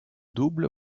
double